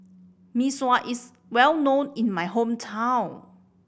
Mee Sua is well known in my hometown